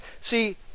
See